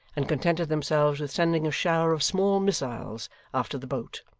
and contented themselves with sending a shower of small missiles after the boat,